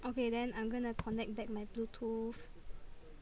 okay then I'm gonna connect back my Bluetooth